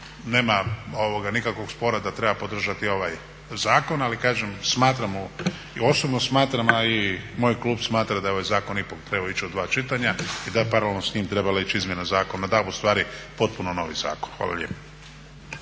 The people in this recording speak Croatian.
nema nikakvog spora da treba podržati ovaj zakon. Ali kažem, smatramo i osobno smatram a i moj klub smatra da bi ovaj zakon ipak trebao ići u 2 čitanja i da paralelno s njim trebala je ići izmjena zakona, …/Govornik se ne razumije./… ustvari potpuno novi zakon.